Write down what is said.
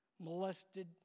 molested